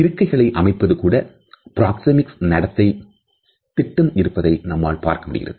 இருக்கைகளை அமைப்பதும் கூட பிராக்சேமிக்ஸ் நடத்தை திட்டம் இருப்பதை நம்மால் பார்க்க முடிகிறது